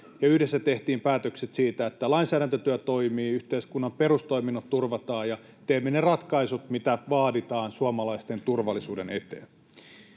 yhdessä tehtiin päätökset siitä, että lainsäädäntötyö toimii, yhteiskunnan perustoiminnot turvataan ja teemme ne ratkaisut, mitä vaaditaan suomalaisten turvallisuuden eteen.